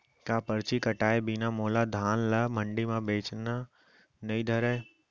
का परची कटाय बिना मोला धान ल मंडी म बेचन नई धरय?